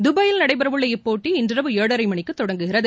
துபாயில் நடைபெற உள்ள இப்போட்டி இன்றிரவு ஏழரை மணிக்கு தொடங்குகிறது